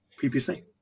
PPC